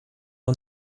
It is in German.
wir